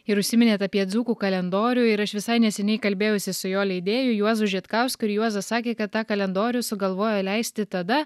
ir užsiminėt apie dzūkų kalendorių ir aš visai neseniai kalbėjausi su jo leidėju juozu žitkausku ir juozas sakė kad tą kalendorių sugalvojo leisti tada